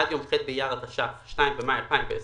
עד יום ח' באייר התש"ף (2 במאי 2020)